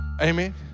amen